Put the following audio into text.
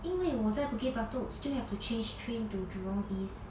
因为我在 bukit batok still have to change train to jurong east